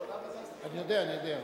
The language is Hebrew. אני יודע, אני יודע.